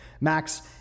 Max